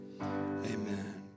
Amen